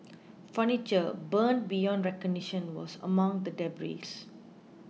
furniture burned beyond recognition was among the debris